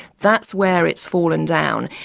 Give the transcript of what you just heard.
that's where it's fallen down.